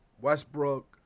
Westbrook